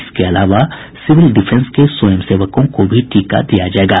इसके अलावा civil defence के स्वयंसेवकों को भी टीका दिया जायेगा